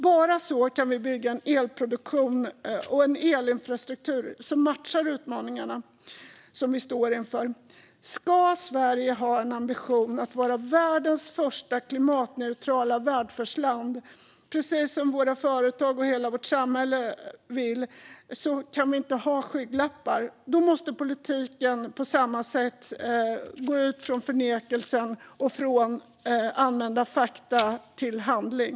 Bara så kan vi bygga en elproduktion och en elinfrastruktur som matchar utmaningarna vi står inför. Ska Sverige ha en ambition att vara världens första klimatneutrala välfärdsland, precis som våra företag och hela vårt samhälle vill, kan vi inte ha skygglappar. Då måste politiken gå från förnekelsen och använda fakta till handling.